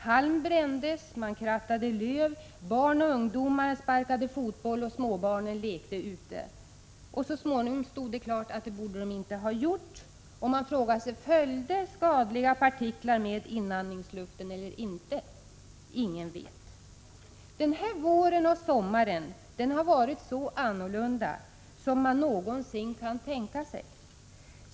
Halm brändes, löv krattades, barn och ungdomar sparkade fotboll och småbarn lekte ute. Så småningom stod det klart att det borde de inte ha gjort. Man frågar sig: Följde skadliga partiklar med inandningsluften eller inte? Ingen vet! Den här våren och sommaren har varit så annorlunda som man någonsin kan tänka sig.